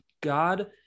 God